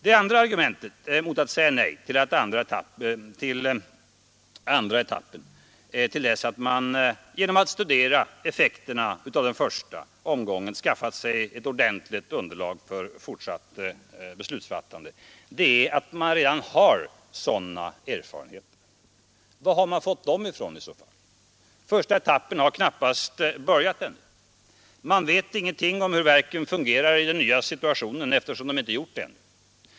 Det andra argumentet mot att säga nej till andra etappen, till dess man genom att studera effekterna av den första omgången skaffat sig ett ordentligt underlag för fortsatt beslutsfattande, är att man redan har sådana erfarenheter. Var har man fått dem ifrån i så fall? Första etappen har knappast börjat ännu. Man vet ingenting om hur verken fungerar i den nya situationen, eftersom de inte gjort det ännu.